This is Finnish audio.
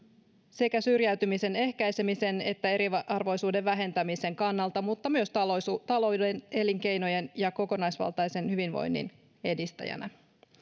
sekä syrjäytymisen ehkäisemisen että eriarvoisuuden vähentämisen kannalta mutta myös talouden elinkeinojen ja kokonaisvaltaisen hyvinvoinnin edistäjänä